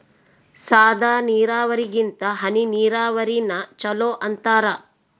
ಸಾದ ನೀರಾವರಿಗಿಂತ ಹನಿ ನೀರಾವರಿನ ಚಲೋ ಅಂತಾರ